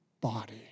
body